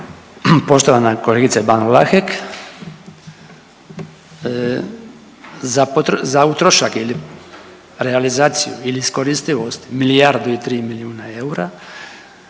Poštovana kolegice Ban Vlahek, za utrošak ili realizaciju ili iskoristivost milijardu i tri milijuna eura